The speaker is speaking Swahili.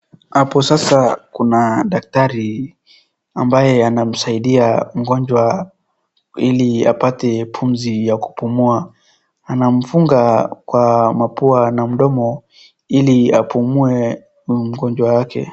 Hapo sasa kuna daktari ambaye anamsaidia mgonjwa ili apate pumzi ya kupumua. Anamfunga kwa mapua na mdomo ili apumue mgonjwa yake.